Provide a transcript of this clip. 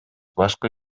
башкы